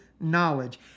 knowledge